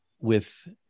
with-